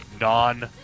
non